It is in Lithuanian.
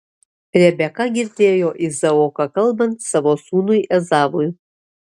rebeka girdėjo izaoką kalbant savo sūnui ezavui